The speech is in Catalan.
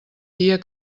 dia